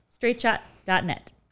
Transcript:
straightshot.net